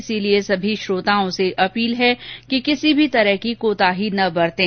इसलिए सभी श्रोताओं से अपील है कि कोई भी कोताही न बरतें